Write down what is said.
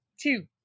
two